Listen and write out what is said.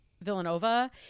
Villanova